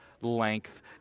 length